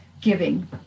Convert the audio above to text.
giving